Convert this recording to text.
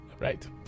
Right